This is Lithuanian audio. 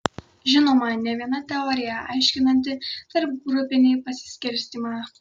žinoma ne viena teorija aiškinanti tarpgrupinį pasiskirstymą